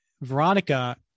Veronica